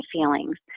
feelings